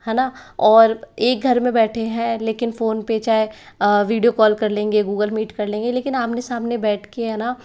है ना और एक घर में बैठे हैं लेकिन फोन पे चाहे वीडियो कॉल कर लेंगे गूगल मीट कर लेंगे लेकिन आमने सामने बैठ के है ना